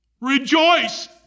Rejoice